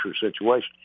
situation